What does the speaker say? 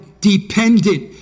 dependent